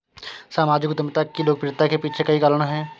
सामाजिक उद्यमिता की लोकप्रियता के पीछे कई कारण है